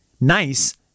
nice